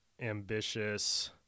ambitious